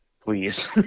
please